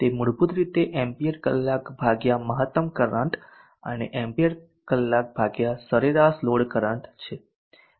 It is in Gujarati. તે મૂળભૂત રીતે એમ્પીયર કલાક ભાગ્યા મહત્તમ કરંટ અને એમ્પીયર કલાક ભાગ્યા સરેરાશ લોડ કરંટ છે